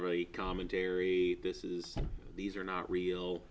really commentary this is these are not real